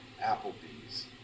Applebee's